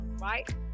right